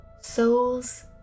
souls